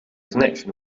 connection